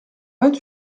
vingt